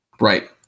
Right